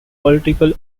political